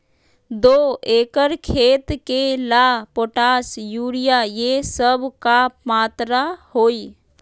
दो एकर खेत के ला पोटाश, यूरिया ये सब का मात्रा होई?